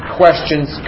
questions